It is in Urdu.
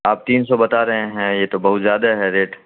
آپ تین سو بتا رہے ہیں یہ تو بہت زیادہ ہے ریٹ